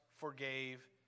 forgave